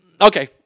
Okay